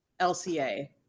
LCA